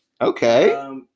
Okay